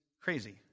crazy